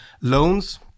loans